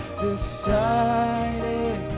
decided